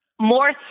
more